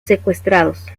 secuestrados